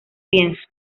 pienso